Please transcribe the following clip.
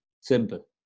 Simple